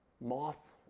moth